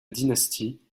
dynastie